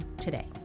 today